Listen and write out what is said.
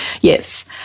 yes